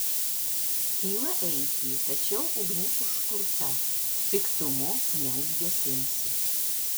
kyla eiti tačiau ugnis užkurta piktumu neužgesinsi